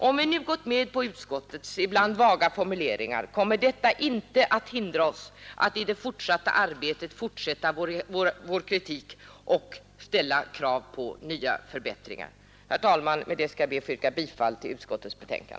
Om vi nu har gått med på utskottets ibland vaga formuleringar, kommer detta inte att hindra oss från att i det kommande arbetet fortsätta vår kritik och kräva nya förbättringar. Herr talman! Med det anförda yrkar jag bifall till utskottets hemställan.